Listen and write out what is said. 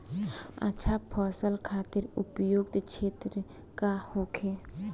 अच्छा फसल खातिर उपयुक्त क्षेत्र का होखे?